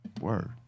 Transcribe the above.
word